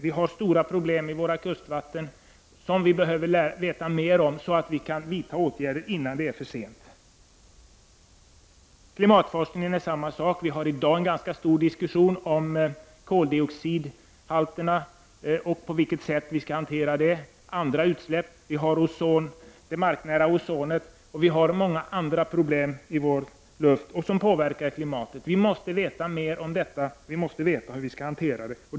Det finns stora problem med våra kustvåtten som vi behöver veta mer om, så att vi kan vidta åtgärder innan det är för sent. Samma sak gäller klimatforskningen. Det förs i dag en ganska omfattande diskussion om koldioxidhalterna och på vilket sätt vi skall hantera detta problem. Det finns även andra utsläpp, bl.a. ozon, och det finns problem med det marknära ozonet. Det finns även många andra ämnen i vår luft som orsakar problem och som påverkar klimatet. Vi måste veta mer om detta och om hur vi skall hantera det.